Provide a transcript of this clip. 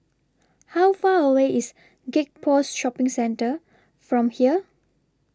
How Far away IS Gek Poh Shopping Centre from here